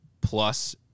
Plus